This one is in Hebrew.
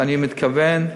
ואני מתכוון,